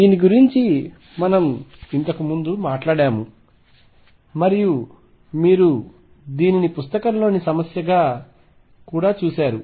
దీని గురించి మనము ఇంతకు ముందు మాట్లాడాము మరియు మీరు దీనిని పుస్తకంలోని సమస్యగా కూడా చూశారు